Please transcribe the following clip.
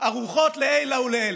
ערוכות לעילא ולעילא,